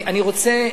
אני רוצה,